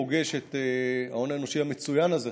ההון האנושי המצוין הזה,